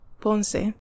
Ponce